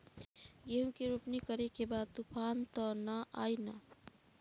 गेहूं के रोपनी करे के बा तूफान त ना आई न?